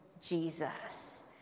Jesus